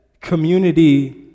community